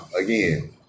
again